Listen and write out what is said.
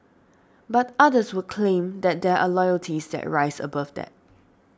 but others would claim that there are loyalties that rise above that